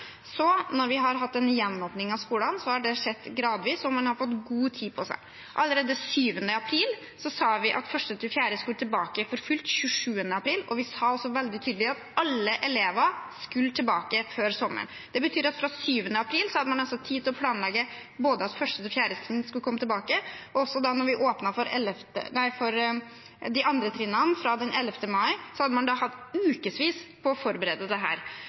gjenåpning av skolene, har det skjedd gradvis, og man har fått god tid på seg. Allerede 7. april sa vi at 1.–4. trinn skulle tilbake for fullt 27. april. Vi sa også veldig tydelig at alle elever skulle tilbake før sommeren. Det betyr at fra 7. april hadde man tid til å planlegge at 1.–4. trinn skulle komme tilbake, og det ble åpnet for de andre trinnene fra den 11. mai, så man har hatt ukevis på å forberede dette. Men det